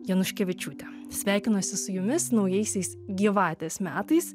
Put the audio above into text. januškevičiūte sveikinuosi su jumis naujaisiais gyvatės metais